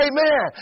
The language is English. Amen